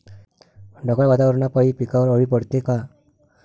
ढगाळ वातावरनापाई पिकावर अळी पडते का?